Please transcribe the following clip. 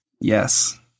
Yes